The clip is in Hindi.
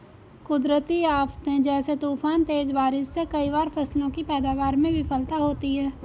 कुदरती आफ़ते जैसे तूफान, तेज बारिश से कई बार फसलों की पैदावार में विफलता होती है